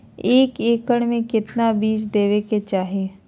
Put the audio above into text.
एक एकड़ मे केतना बीज देवे के चाहि?